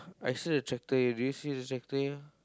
I see the tractor here have you see the tractor here